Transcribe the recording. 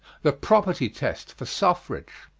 the property test for suffrage.